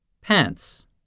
Pants